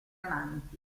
amanti